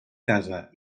casa